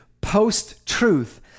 post-truth